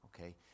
okay